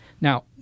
Now